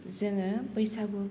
जोङो बैसागु